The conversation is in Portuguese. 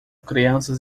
crianças